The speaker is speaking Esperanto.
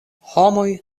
homoj